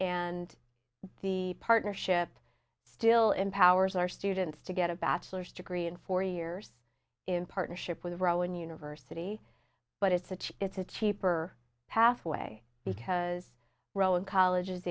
and the partnership still empowers our students to get a bachelor's degree in four years in partnership with rowan university but it's such it's a cheaper pathway because rohan college is